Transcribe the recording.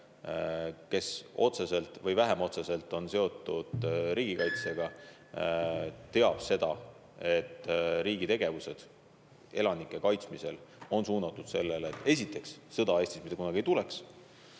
kes otseselt või vähem otseselt on seotud riigikaitsega, teab, et riigi tegevus elanike kaitsmisel on suunatud sellele, et sõda esiteks Eestisse mitte kunagi ei tuleks,